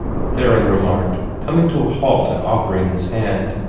theron remarked, coming to a halt, and offering his hand.